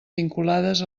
vinculades